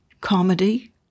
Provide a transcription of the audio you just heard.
comedy